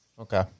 Okay